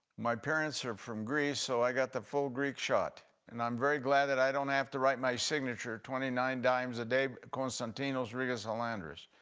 my parents are from greece so i got the full greek shot and i'm very glad that i don't have to write my signature twenty nine times a day, constantinos regus halandras.